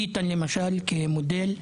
ביטן, למשל, כמודל,